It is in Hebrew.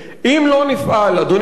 במתכונת משולבת,